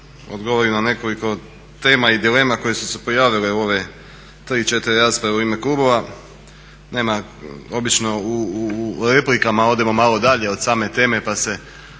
odgovorim na nekoliko tema i dilema koje su se pojavile u tri, četiri rasprave u ime klubova. Nema, obično u replikama odemo malo dalje od same teme pa se